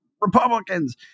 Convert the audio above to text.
Republicans